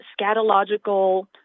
scatological